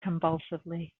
convulsively